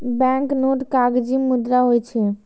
banknote कागजी मुद्रा होइ छै